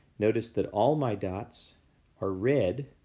notice that all my dots are red.